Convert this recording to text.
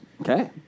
Okay